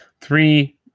three